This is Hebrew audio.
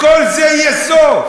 לכל זה יש סוף.